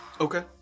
Okay